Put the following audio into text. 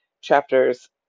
chapters